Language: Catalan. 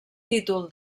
títol